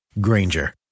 Granger